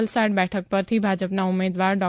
વલસાડ બેઠક પરથી ભાજપના ઉમેદવાર ડો